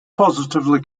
positively